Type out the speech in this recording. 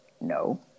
No